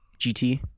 GT